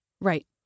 Right